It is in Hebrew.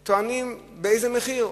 שבאמת טוענים: באיזה מחיר?